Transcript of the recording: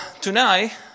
tonight